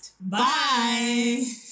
Bye